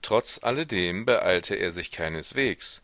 trotz alledem beeilte er sich keineswegs